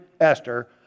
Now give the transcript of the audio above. Esther